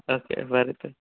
okay बरें तर